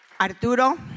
Arturo